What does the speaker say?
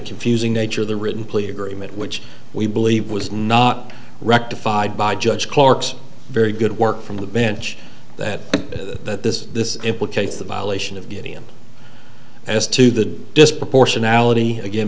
confusing nature of the written plea agreement which we believe was not rectified by judge clark's very good work from the bench that that this this implicates the violation of duty and as to the disproportionality again